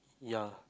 yeah